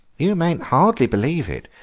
you mayn't hardly believe it,